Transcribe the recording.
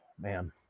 man